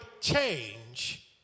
change